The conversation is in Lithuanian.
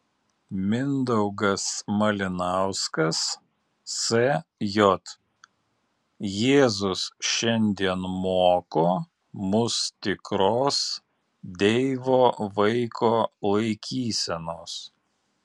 mindaugas malinauskas sj jėzus šiandien moko mus tikros deivo vaiko laikysenos